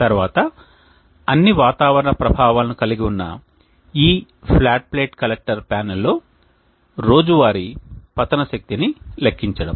తరువాత అన్ని వాతావరణ ప్రభావాలను కలిగి ఉన్న ఈ ఫ్లాట్ ప్లేట్ కలెక్టర్ ప్యానెల్లో రోజువారీ పతన శక్తిని లెక్కించడం